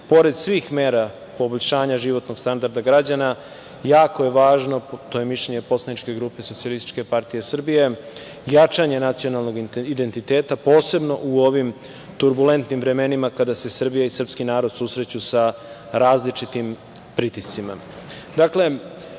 svih mera poboljšanja životnog standarda građana, jako je važno, to je mišljenje poslaničke grupe SPS, jačanje nacionalnog identiteta, posebno u ovim turbulentnim vremenima, kada se Srbija i srpski narod susreću sa različitim pritiscima. Dakle,